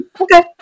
Okay